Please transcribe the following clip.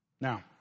Now